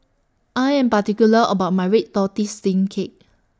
I Am particular about My Red Tortoise Steamed Cake